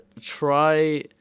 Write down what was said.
try